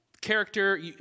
character